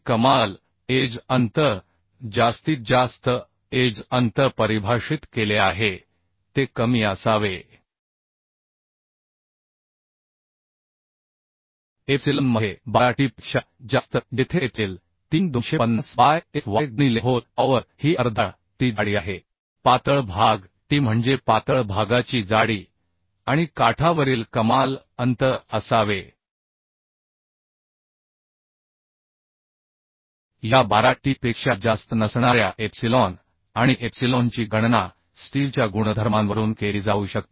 आणि कमाल एज अंतर जास्तीत जास्त एज अंतर परिभाषित केले आहे ते कमी असावे एप्सिलॉनमध्ये 12 t पेक्षा जास्त जेथे एप्सिलॉन 250 बाय fy गुणिले होल पॉवर ही अर्धा टी जाडी आहे पातळ भाग टी म्हणजे पातळ भागाची जाडी आणि काठावरील कमाल अंतर असावे या 12 t पेक्षा जास्त नसणाऱ्या एप्सिलॉन आणि एप्सिलॉनची गणना स्टीलच्या गुणधर्मांवरून केली जाऊ शकते